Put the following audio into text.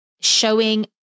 showing